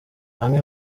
amwe